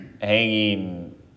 hanging